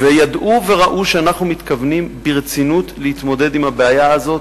וידעו וראו שאנחנו מתכוונים ברצינות להתמודד עם הבעיה הזאת,